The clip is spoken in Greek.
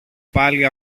πάλι